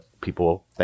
people